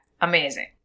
Amazing